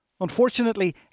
Unfortunately